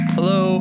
Hello